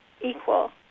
equal